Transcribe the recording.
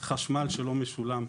חשמל שלא משולם.